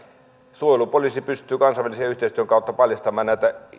suojelupoliisi pystyy kansainvälisen yhteistyön kautta paljastamaan